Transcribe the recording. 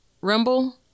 rumble